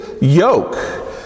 yoke